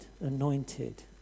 anointed